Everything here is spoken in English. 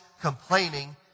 complaining